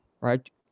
right